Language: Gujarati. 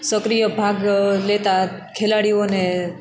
સક્રિય ભાગ લેતા ખેલાડીઓને